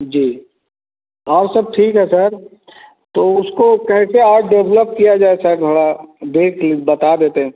जी और सब ठीक है सर तो उसको कैसे और डेव्हलप किया जाए सर थोड़ा देख ले बता देते